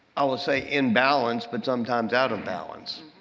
i will say in balance but sometimes out of balance.